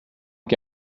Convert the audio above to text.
que